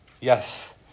Yes